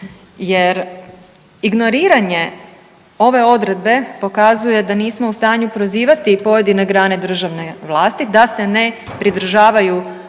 Jer ignoriranje ove odredbe pokazuje da nismo u stanju prozivati pojedine grane državne vlasti, da se ne pridržavaju